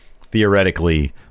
theoretically